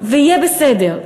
ויהיה בסדר.